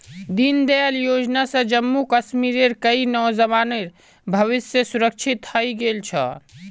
दीनदयाल योजना स जम्मू कश्मीरेर कई नौजवानेर भविष्य सुरक्षित हइ गेल छ